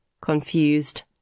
Confused